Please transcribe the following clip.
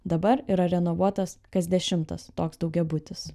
dabar yra renovuotas kas dešimtas toks daugiabutis